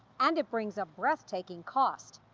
and it brings a breathtaking cost.